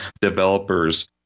developers